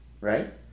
Right